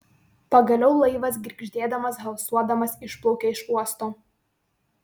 pagaliau laivas girgždėdamas halsuodamas išplaukė iš uosto